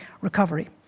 recovery